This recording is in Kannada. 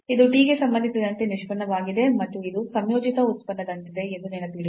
ಇದು t ಗೆ ಸಂಬಂಧಿಸಿದಂತೆ ನಿಷ್ಪನ್ನವಾಗಿದೆ ಮತ್ತು ಇದು ಸಂಯೋಜಿತ ಉತ್ಪನ್ನದಂತಿದೆ ಎಂದು ನೆನಪಿಡಿ